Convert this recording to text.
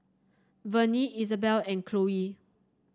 Vernie Isabelle and Chloie